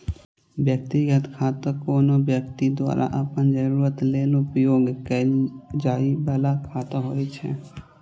व्यक्तिगत खाता कोनो व्यक्ति द्वारा अपन जरूरत लेल उपयोग कैल जाइ बला खाता होइ छै